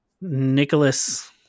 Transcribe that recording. Nicholas –